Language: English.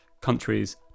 countries